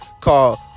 called